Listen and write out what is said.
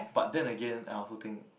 but then again I also think